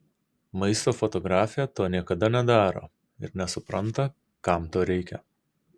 maisto fotografė to niekada nedaro ir nesupranta kam to reikia